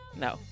No